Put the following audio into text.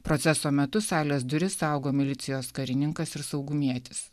proceso metu salės duris saugo milicijos karininkas ir saugumietis